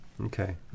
Okay